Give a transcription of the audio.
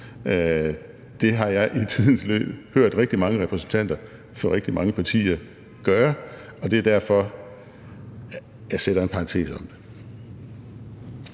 Det har jeg i tidens løb hørt rigtig mange repræsentanter for rigtig mange partier gøre, og det er derfor, jeg sætter en parentes om det.